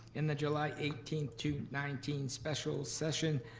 and the july eighteen to nineteen special session.